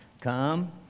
come